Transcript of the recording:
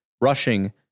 rushing